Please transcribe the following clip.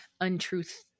untruth